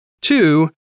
Two